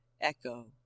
Echo